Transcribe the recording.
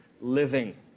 living